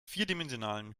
vierdimensionalen